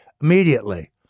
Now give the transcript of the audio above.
immediately